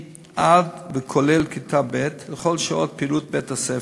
עד וכולל כיתה ב' בכל שעות פעילות בית-הספר.